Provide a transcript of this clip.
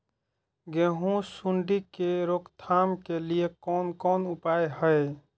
गेहूँ सुंडी के रोकथाम के लिये कोन कोन उपाय हय?